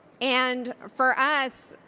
and for us,